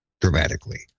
dramatically